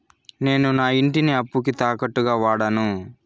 నేను నా ఇంటిని అప్పుకి తాకట్టుగా వాడాను